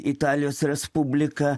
italijos respublika